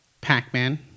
Pac-Man